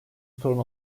sorun